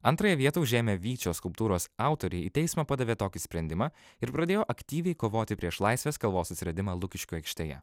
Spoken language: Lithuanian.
antrąją vietą užėmę vyčio skulptūros autoriai į teismą padavė tokį sprendimą ir pradėjo aktyviai kovoti prieš laisvės kalvos atsiradimą lukiškių aikštėje